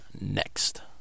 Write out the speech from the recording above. next